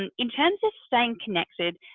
and in terms of staying connected.